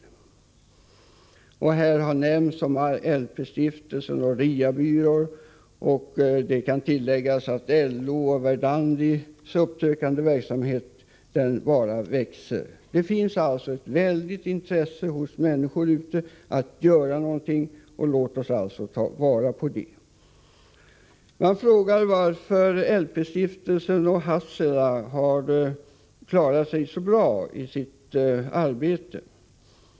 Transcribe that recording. LP-stiftelsen har nämnts, liksom RIA-byråerna. Det kan tilläggas att LO:s och Verdandis uppsökande verksamhet bara växer. Det finns alltså ett väldigt intresse hos människor att göra någonting — låt oss ta vara på det. Man frågar varför LP-stiftelsen och Hassela har klarat sig så bra i sitt arbete.